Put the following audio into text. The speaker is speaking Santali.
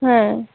ᱦᱮᱸ